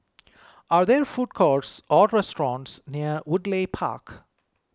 are there food courts or restaurants near Woodleigh Park